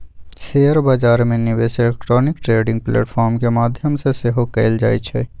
share बजार में निवेश इलेक्ट्रॉनिक ट्रेडिंग प्लेटफॉर्म के माध्यम से सेहो कएल जाइ छइ